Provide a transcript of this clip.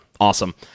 Awesome